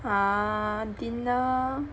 ah dinner